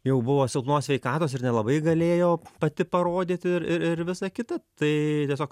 jau buvo silpnos sveikatos ir nelabai galėjo pati parodyt ir ir ir visa kita tai tiesiog